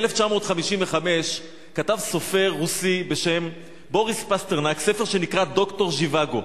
ב-1955 כתב סופר רוסי בשם בוריס פסטרנק ספר שנקרא "דוקטור ז'יוואגו".